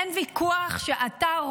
אין ויכוח שאתה,